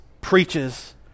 preaches